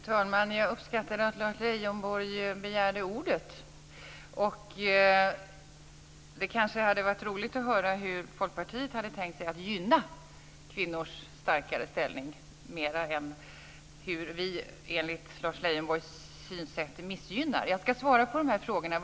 Fru talman! Jag uppskattar att Lars Leijonborg begärde ordet. Det kanske hade varit roligt att höra hur Folkpartiet hade tänkt sig att gynna kvinnors starkare ställning mer än hur vi enligt Lars Leijonborgs synsätt missgynnar den. Jag skall svara på frågorna.